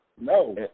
No